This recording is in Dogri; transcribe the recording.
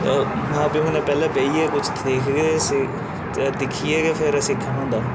मां प्यो कन्नै बेहियै किश दिखगे सिखगे ते दिक्खियै के फिर सिक्खन होंदा